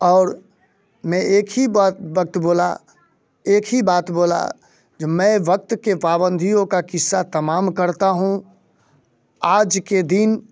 और मैं एक ही बात बोला एक ही बात बोला जे मैं वक्त के पाबंधियों का किस्सा तमाम करता हूँ आज के दिन